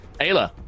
Ayla